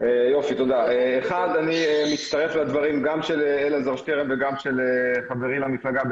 אני מצטרף לדברים גם של אלעזר שטרן וגם של חברי למפלגה,